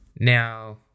now